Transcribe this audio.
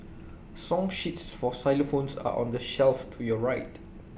song sheets for xylophones are on the shelf to your right